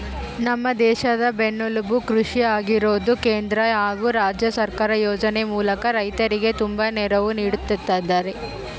ನಮ್ಮ ದೇಶದ ಬೆನ್ನೆಲುಬು ಕೃಷಿ ಆಗಿರೋದ್ಕ ಕೇಂದ್ರ ಹಾಗು ರಾಜ್ಯ ಸರ್ಕಾರ ಯೋಜನೆ ಮೂಲಕ ರೈತರಿಗೆ ತುಂಬಾ ನೆರವು ನೀಡುತ್ತಿದ್ದಾರೆ